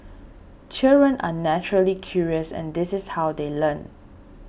children are naturally curious and this is how they learn